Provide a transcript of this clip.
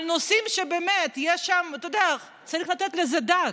וצריכים לתת על זה את הדעת.